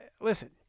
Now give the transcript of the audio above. Listen